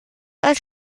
als